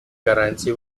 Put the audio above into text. гарантии